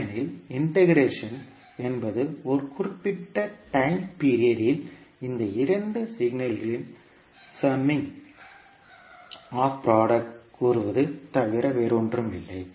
ஏனெனில் இண்டெகரேஷன் என்பது ஒரு குறிப்பிட்ட டைம் பீரியட் இல் இந்த இரண்டு சிக்னல்களின் சம்மிங் அப்பு டி புரோடக்ட் கூறுவது தவிர வேறில்லை